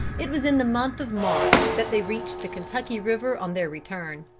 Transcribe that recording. it was in the month of march that they reached the kentucky river on their return.